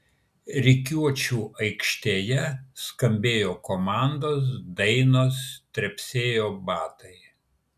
rikiuočių aikštėje skambėjo komandos dainos trepsėjo batai